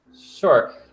Sure